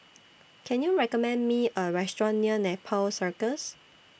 Can YOU recommend Me A Restaurant near Nepal Circus